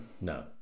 no